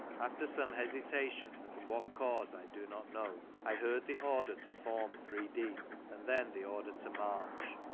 after some hesitation, from what cause i do not know, i heard the order to form three deep, and then the order to march.